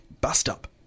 bust-up